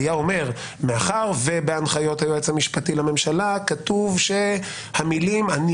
היה אומר: מאחר ובהנחיות היועץ המשפטי לממשלה כתוב שהמילים "אני